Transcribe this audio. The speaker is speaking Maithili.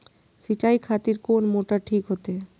सीचाई खातिर कोन मोटर ठीक होते?